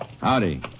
Howdy